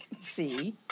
See